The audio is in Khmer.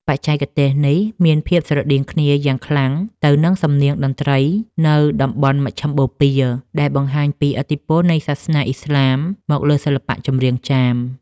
បច្ចេកទេសនេះមានភាពស្រដៀងគ្នាយ៉ាងខ្លាំងទៅនឹងសំនៀងតន្ត្រីនៅតំបន់មជ្ឈិមបូព៌ា ដែលបង្ហាញពីឥទ្ធិពលនៃសាសនាឥស្លាមមកលើសិល្បៈចម្រៀងចាម។